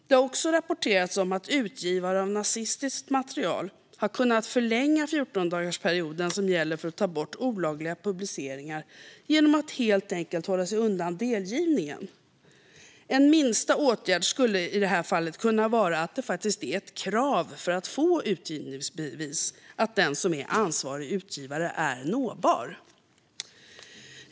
Det har också rapporterats om att utgivare av nazistiskt material har kunnat förlänga 14-dagarsperioden som gäller för att ta bort olagliga publiceringar genom att helt enkelt hålla sig undan delgivningen. En minsta åtgärd skulle i det här fallet kunna vara att det är ett krav för att få utgivningsbevis att den som är ansvarig utgivare är nåbar.